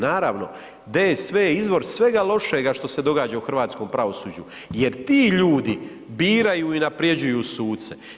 Naravno, DSV je izvor svega lošega što se događa u hrvatskom pravosuđu jer ti ljudi biraju i unapređuju suce.